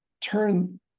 turn